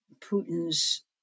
Putin's